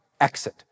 exit